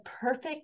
perfect